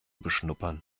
beschnuppern